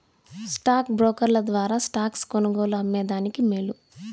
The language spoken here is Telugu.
స్టాక్ బ్రోకర్ల ద్వారా స్టాక్స్ కొనుగోలు, అమ్మే దానికి మేలు